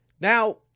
Now